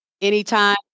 anytime